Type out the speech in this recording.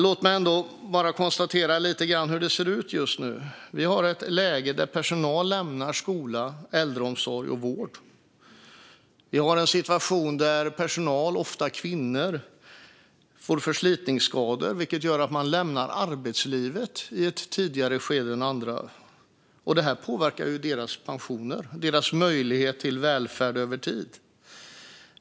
Låt mig konstatera hur det ser ut just nu. Vi har ett läge där personal lämnar skolan, äldreomsorgen och vården. Vi har en situation där personal, ofta kvinnor, får förslitningsskador, vilket gör att de lämnar arbetslivet i ett tidigare skede än andra. Detta påverkar deras pensioner och möjlighet till välfärd över tid.